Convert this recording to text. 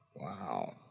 Wow